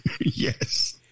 Yes